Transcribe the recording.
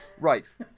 Right